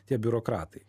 tie biurokratai